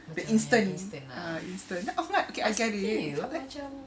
the instant ha instant I'm like okay I get it